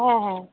হ্যাঁ হ্যাঁ